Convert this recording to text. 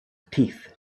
teeth